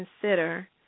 consider